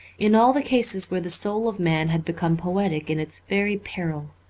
in all the cases where the soul of man had become poetic in its very peril.